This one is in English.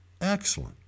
Excellent